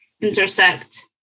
intersect